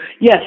Yes